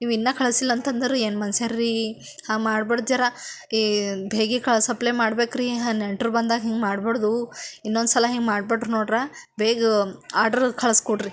ನೀವು ಇನ್ನೂ ಕಳಿಸಿಲ್ಲ ಅಂತದ್ರ ಏನು ಮನ್ಷ್ ರೀ ಹಂಗೆ ಮಾಡ್ಬಾರ್ದು ಜರಾ ಈ ಬೇಗ ಕಳ ಸಪ್ಲೈ ಮಾಡ್ಬೇಕ್ರಿ ಹಾಂ ನೆಂಟರು ಬಂದಾಗ ಹಿಂಗೆ ಮಾಡ್ಬಾರ್ದು ಇನ್ನೊಂದ್ಸಲ ಹಿಂಗೆ ಮಾಡ್ಬೇಡ್ರಿ ನೋಡ್ರಿ ಬೇಗ ಆಡ್ರ್ ಕಳಿಸ್ಕೊಡ್ರಿ